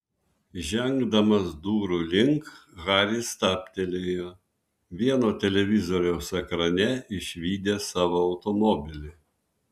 žengdamas durų link haris stabtelėjo vieno televizoriaus ekrane išvydęs savo automobilį